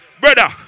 Brother